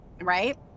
right